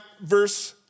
verse